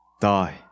Die